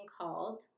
called